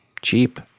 Cheap